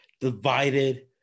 divided